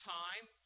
time